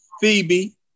Phoebe